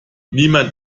niemand